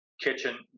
kitchen